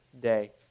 day